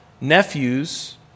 nephews